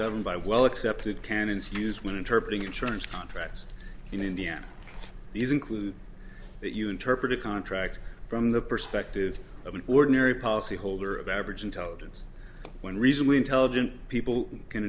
governed by well accepted canons use when interpreted insurance contracts in indiana these include that you interpret a contract from the perspective of an ordinary policy holder of average intelligence when reasonably intelligent people can